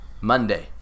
Monday